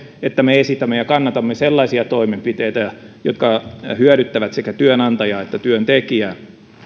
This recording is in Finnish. että me esitämme ja kannatamme sellaisia toimenpiteitä jotka hyödyttävät sekä työnantajaa että työntekijää